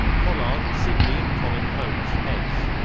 pollard, sidney and colin holmes, eds.